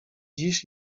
dziś